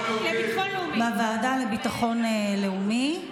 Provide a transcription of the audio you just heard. הוועדה לביטחון לאומי.